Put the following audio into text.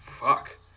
fuck